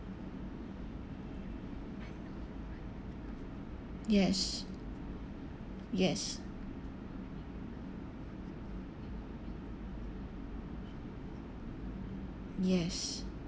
yes yes yes